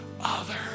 others